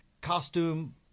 Costume